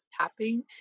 tapping